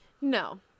No